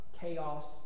chaos